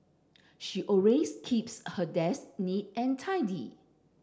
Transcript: she always keeps her desk neat and tidy